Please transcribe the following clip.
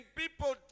people